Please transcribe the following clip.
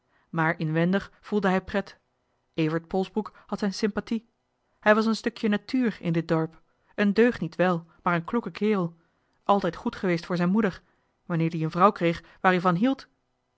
maar inwendig voelde hij pret evert polsbroek had zijn sympathie hij was een stukje natuur in dit dorp een deugniet wel maar een kloeke kerel altijd goed geweest voor zijn moeder wanneer die een vrouw kreeg waar ie van hield